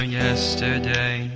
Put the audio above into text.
yesterday